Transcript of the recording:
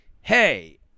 hey